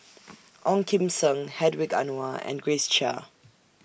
Ong Kim Seng Hedwig Anuar and Grace Chia